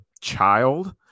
child